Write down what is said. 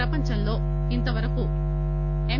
ప్రపంచంలో ఇంతవరకు ఎమ్